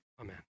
amen